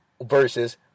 versus